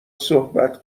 صحبت